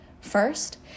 First